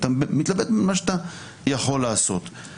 אתה מתלבט עם מה שאתה יכול לעשות.